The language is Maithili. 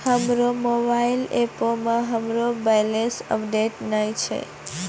हमरो मोबाइल एपो मे हमरो बैलेंस अपडेट नै छै